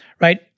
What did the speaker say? right